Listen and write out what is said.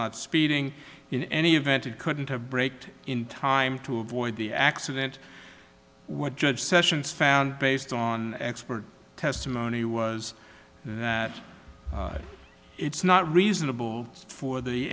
not speeding in any event it couldn't have braked in time to avoid the accident what judge sessions found based on expert testimony was that it's not reasonable for the